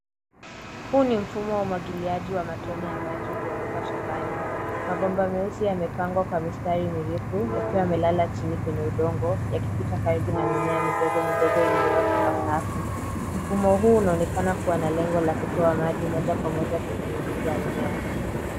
Huu ni mfumo wa umwagiliaji wa matone ya maji uliowekwa shambani. Mabomba meusi yamepangwa kwa mistari mirefu, yakiwa yamelala chini kwenye udongo, yakipita karibu na mimea midogo midogo, iliyoota kwa safu. Mfumo huu unaonekana kua na lengo la kutoa maji moja kwa moja kwenye mizizi ya mimea.